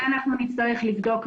את זה אנחנו נצטרך לבדוק.